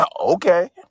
Okay